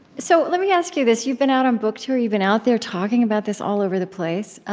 so let me ask you this you've been out on book tour. you've been out there talking about this all over the place.